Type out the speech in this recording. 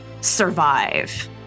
Survive